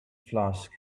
flask